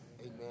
Amen